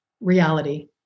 reality